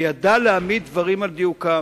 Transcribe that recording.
שידע להעמיד דברים על דיוקם